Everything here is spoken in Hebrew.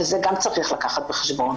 וגם את זה צריך לקחת בחשבון.